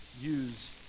use